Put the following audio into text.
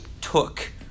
took